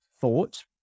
thought